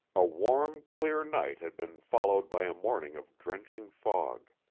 a warm, clear night had been followed by a morning of drenching fog.